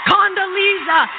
Condoleezza